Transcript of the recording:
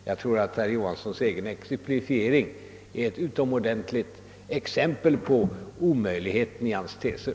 Jag tror att herr Johanssons egen exemplifiering är ett utomordentligt exempel på omöjligheten i hans teser.